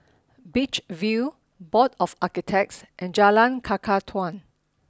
Beach View Board of Architects and Jalan Kakatua